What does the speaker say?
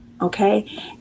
Okay